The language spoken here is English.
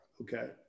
okay